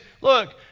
look